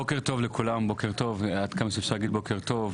בוקר טוב לכולם, עד כמה שאפשר להגיד בוקר טוב.